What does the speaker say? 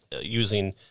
using